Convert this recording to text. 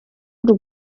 b’u